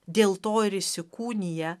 dėl to ir įsikūnija